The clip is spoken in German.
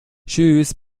tschüss